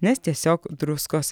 nes tiesiog druskos